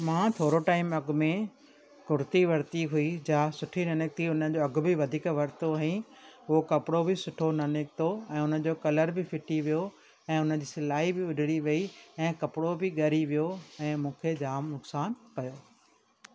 मां थोरो टाइम अॻ में कुर्ती वरिती हुई जा सुठी न निकिती हुन जो अघु वधीक वरितो हईं उहो कपिड़ो बि सुठो न निकितो ऐं हुन जो कलर बि फिटी वियो ऐं हुन जी सिलाई बि उधिड़ी वई ऐं कपिड़ो बि ॻरी वियो ऐं मूंखे जाम नुक़सानु पयो